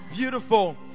beautiful